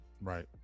Right